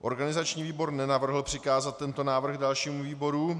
Organizační výbor nenavrhl přikázat tento návrh dalšímu výboru.